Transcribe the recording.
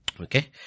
Okay